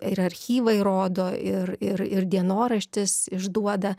ir archyvai rodo ir ir ir dienoraštis išduoda